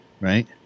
right